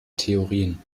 theorien